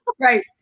Right